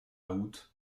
août